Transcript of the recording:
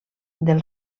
del